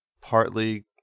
partly